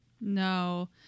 No